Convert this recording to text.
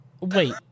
wait